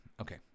Okay